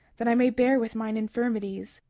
that i may bear with mine infirmities.